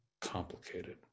complicated